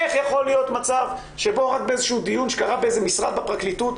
איך יכול להיות מצב שבו רק באיזשהו דיון שקרה באיזה משרד בפרקליטות,